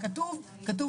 וכנראה נוריד את הסעיף.